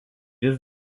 jis